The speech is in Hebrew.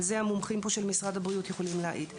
על זה המומחים של משרד הבריאות פה יכולים להעיד.